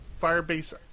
Firebase